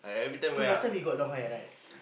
cause last time he got long hair right